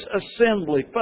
assembly